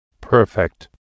Perfect